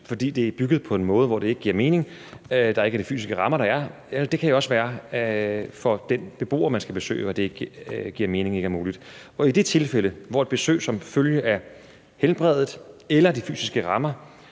fordi det er bygget på en måde, hvor det ikke giver mening og der ikke er de fysiske rammer, men det kan jo også være, at det ikke giver mening i forhold til den beboer, man skal besøge. I det tilfælde, hvor et besøg som følge af helbredet eller de fysiske rammer